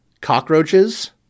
cockroaches